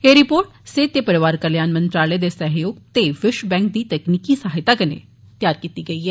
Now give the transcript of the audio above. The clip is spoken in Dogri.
एह् रिपोर्ट सेहत ते परौआर कल्याण मंत्रालय दे सहयोग ते विष्व बैंक दी तकनीकी सहायता कन्नै त्यार कीती गेई ऐ